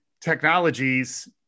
technologies